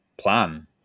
plan